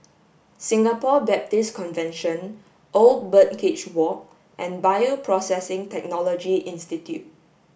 Singapore Baptist Convention Old Birdcage Walk and Bioprocessing Technology Institute